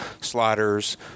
sliders